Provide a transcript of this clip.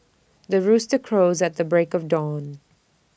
the rooster crows at the break of dawn